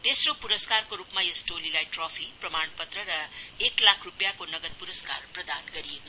तेस्रो पुरस्कारको रूपमा यस टोलीलाई ट्रफी प्रमाणपत्र र एक लाख रूपियाँको नगद पुरस्कार प्रदान गरियो